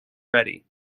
ready